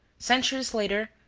centuries later,